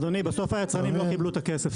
אדוני, בסופו של דבר היצרנים לא קיבלו את הכסף.